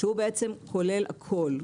הוא בעצם כולל הכול.